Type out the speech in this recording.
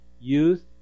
youth